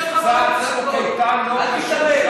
תקשיב, מבצע צוק איתן, אל תיתמם.